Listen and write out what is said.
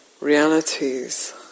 realities